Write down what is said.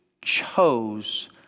chose